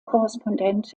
korrespondent